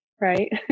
Right